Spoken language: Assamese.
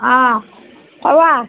অঁ কোৱা